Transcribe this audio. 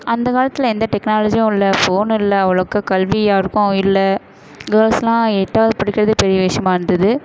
அந்த காலத்தில் எந்த டெக்னாலஜியும் இல்லை ஃபோன் இல்லை அவ்வளோக்கு கல்வி யாருக்கும் இல்லை கேர்ள்ஸெலாம் எட்டாவது படிக்கிறதே பெரிய விஷயமா இருந்தது